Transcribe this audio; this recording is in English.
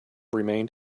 remained